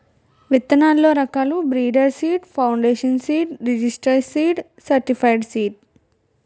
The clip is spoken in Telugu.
విత్తనాల్లో రకాలు breeder seed, foundation seed, registered seed, certified seed